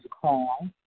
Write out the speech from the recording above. call